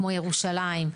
כמו ירושלים,